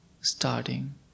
starting